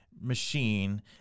machine